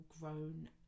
grown